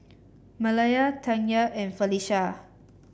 Malaya Tanya and Felisha